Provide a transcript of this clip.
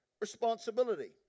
responsibility